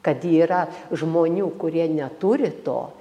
kad yra žmonių kurie neturi to